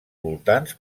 voltants